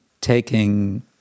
taking